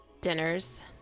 dinners